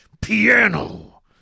piano